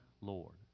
Lord